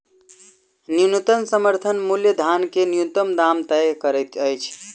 न्यूनतम समर्थन मूल्य धान के न्यूनतम दाम तय करैत अछि